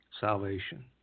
salvation